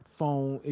phone